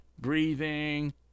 breathing